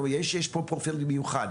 יש פה פרופיל מיוחד.